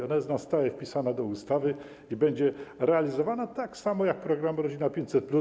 Ona jest na stałe wpisana do ustawy i będzie realizowana, tak samo jak program „Rodzina 500+”